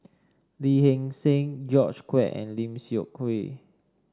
Lee Hee Seng George Quek and Lim Seok Hui